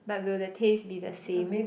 but will the taste be the same